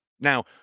Now